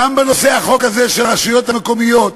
גם בנושא החוק הזה של הרשויות המקומיות,